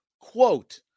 quote